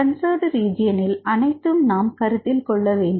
conserved ரிஜிஎன்இல் அனைத்தும் நாம் கருத்தில் கொள்ள வேண்டும்